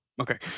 Okay